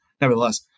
nevertheless